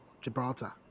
Gibraltar